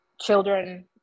children